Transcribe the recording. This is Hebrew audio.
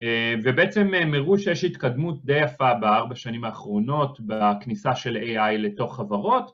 ובעצם הם הראו שיש התקדמות די יפה בארבע השנים האחרונות בכניסה של AI לתוך חברות